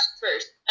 first